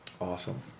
Awesome